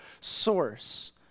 source